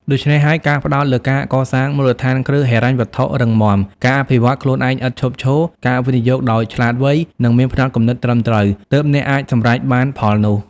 ដូច្នេះហើយ ការផ្តោតលើការកសាងមូលដ្ឋានគ្រឹះហិរញ្ញវត្ថុរឹងមាំ ការអភិវឌ្ឍខ្លួនឯងឥតឈប់ឈរ ការវិនិយោគដោយឆ្លាតវៃ និងមានផ្នត់គំនិតត្រឹមត្រូវ ទើបអ្នកអាចសម្រេចបានផលនោះ។